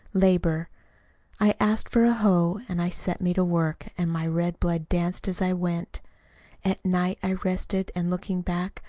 labor i asked for a hoe, and i set me to work, and my red blood danced as i went at night i rested, and looking back,